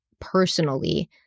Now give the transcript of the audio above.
personally